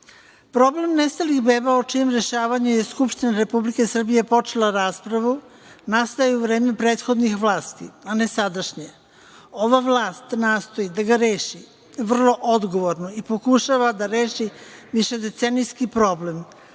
Problem nestalih beba o čijem rešavanju je Skupština Republike Srbije počela raspravu nastaje u vreme prethodne vlasti, a ne sadašnje. Ova vlast nastoji da ga reši vrlo odgovorno i pokušava da reši više decenijski problem.